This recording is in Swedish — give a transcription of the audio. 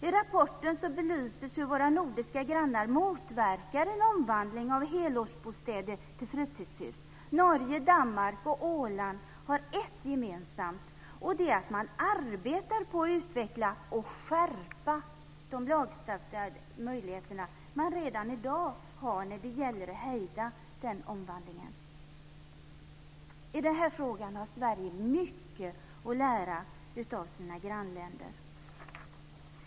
I rapporten belyses hur våra nordiska grannar motverkar en omvandling av helårsbostäder till fritidshus. Norge, Danmark och Åland har ett gemensamt, och det är att man arbetar på att utveckla och skärpa de lagstadgade möjligheter man redan i dag har när det gäller att hejda denna omvandling. I den här frågan har Sverige mycket att lära av sina grannländer.